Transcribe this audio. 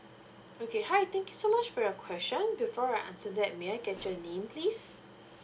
okay hi thank you so much for your question before I answer that may I get your name please